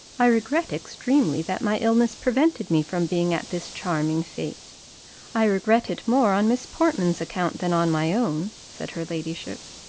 i regret extremely that my illness prevented me from being at this charming fete i regret it more on miss portman's account than on my own, said her ladyship.